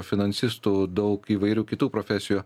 finansistų daug įvairių kitų profesijų